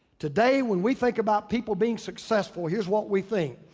today when we think about people being successful, here's what we think,